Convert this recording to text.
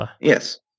Yes